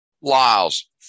Lyles